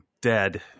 dead